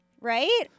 Right